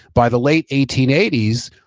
by the late eighteen eighty s,